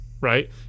Right